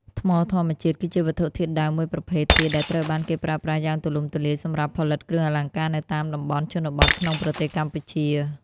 ថ្មធម្មជាតិ គឺជាវត្ថុធាតុដើមមួយប្រភេទទៀតដែលត្រូវបានគេប្រើប្រាស់យ៉ាងទូលំទូលាយសម្រាប់ផលិតគ្រឿងអលង្ការនៅតាមតំបន់ជនបទក្នុងប្រទេសកម្ពុជា។